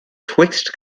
twixt